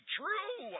true